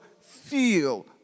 feel